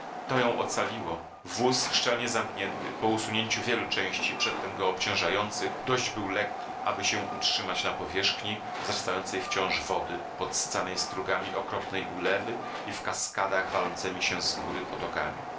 to ją ocaliło wóz szczelnie zamknięty po usunięciu wielu części przedtem o obciążających dość był lekki aby się utrzymać na powierzchni wzrastającej wciąż wody podsycanej strugami okropnej ulewy i w kaskadach walącemi się z gór potokami